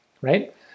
right